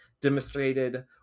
demonstrated